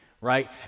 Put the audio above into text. right